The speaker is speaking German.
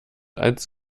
als